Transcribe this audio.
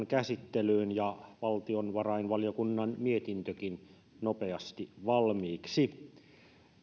käsittelyyn ja valtiovarainvaliokunnan mietintökin nopeasti valmiiksi